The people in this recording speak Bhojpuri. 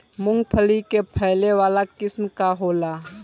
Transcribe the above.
मूँगफली के फैले वाला किस्म का होला?